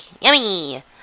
Yummy